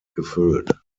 gefüllt